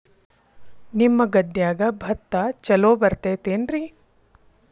ನಿಮ್ಮ ಗದ್ಯಾಗ ಭತ್ತ ಛಲೋ ಬರ್ತೇತೇನ್ರಿ?